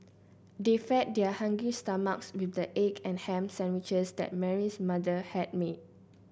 they fed their hungry stomachs with the egg and ham sandwiches that Mary's mother had made